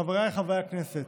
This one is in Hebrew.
חבריי חברי הכנסת,